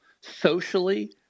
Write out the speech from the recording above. socially